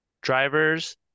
drivers